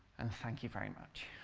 and thank you very much.